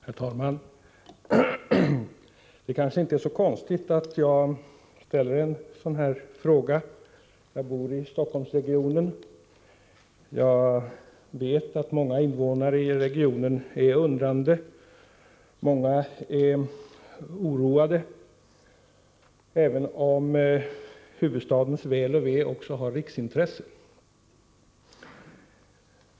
Herr talman! Det kanske inte är så konstigt att jag ställer frågan. Jag bor i Stockholmsregionen, och jag vet att många invånare i regionen är undrande och oroade, och huvudstadens väl och ve är också ett riksintresse.